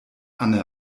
anne